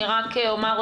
אני רק אומר,